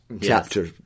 chapter